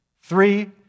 Three